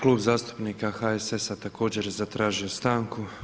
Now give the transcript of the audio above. Klub zastupnika HSS-a također je zatražio stanku.